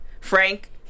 Frank